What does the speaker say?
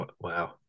Wow